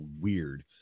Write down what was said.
weird